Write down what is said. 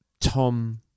Tom